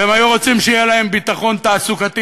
והם היו רוצים שיהיה להם ביטחון תעסוקתי,